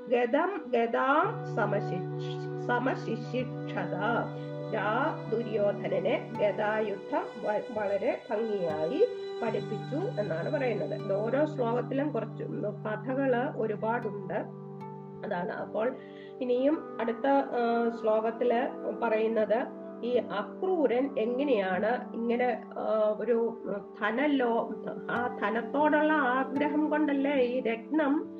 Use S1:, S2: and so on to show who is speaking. S1: ഗദം ഗദാം സമശിഷ്ടി- സമശിഷ്ടിച്ചതാ. രാ ദുര്യോധനനെ ഗദായുദ്ധം വ- വളരെ ഭംഗിയായി പഠിപ്പിച്ചു എന്നാണ് പറയുന്നത്. ഇത് ഓരോ ശ്ലോകത്തിലും കുറച്ച് ഉം കഥകള് ഒരുപാടുണ്ട്. അതാണ് അപ്പോൾ ഇനിയും അടുത്ത, ആ, ശ്ലോകത്തില് പറയുന്നത് ഈ അക്രൂരൻ എങ്ങനെയാണ് ഇങ്ങനെ, ആ, ഒരു, ഉം, ധനലോ- ആ ധനത്തോടുള്ള ആഗ്രഹം കൊണ്ടല്ലേ ഈ രത്നം